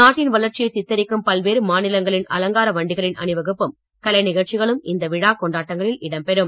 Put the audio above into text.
நாட்டின் வளர்ச்சியை சித்தரிக்கும் பல்வேறு மாநிலங்களின் அலங்கார வண்டிகளின் அணிவகுப்பும் கலைநிகழ்ச்சிகளும் இந்த விழா கொண்டாட்டங்களில் இடம்பெறும்